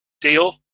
deal